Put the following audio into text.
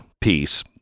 piece